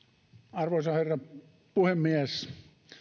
arvoisa herra puhemies